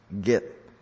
get